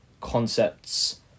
concepts